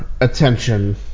attention